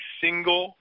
single